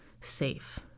safe